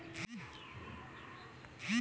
सरसो की सबसे अच्छी किश्त कौन सी है?